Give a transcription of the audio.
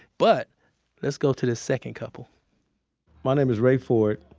but let's go to the second couple my name is ray ford.